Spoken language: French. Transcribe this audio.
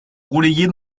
relayée